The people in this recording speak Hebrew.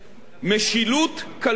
משילות כלכלית.